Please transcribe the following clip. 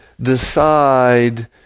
decide